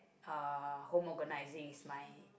uh home organising is my